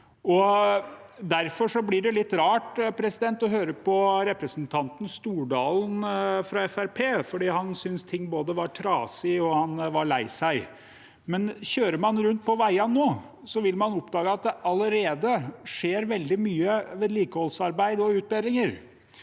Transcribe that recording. Derfor blir det litt rart å høre på representanten Stordalen fra Fremskrittspartiet, som både syntes ting var trasig, og var lei seg. Kjører man rundt på veiene nå, vil man oppdage at det allerede skjer veldig mye vedlikeholdsarbeid og utbedringer.